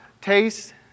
taste